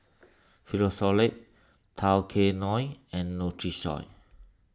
Frisolac Tao Kae Noi and Nutrisoy